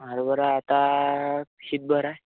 हरभरा आता शीतभर आहे